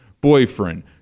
boyfriend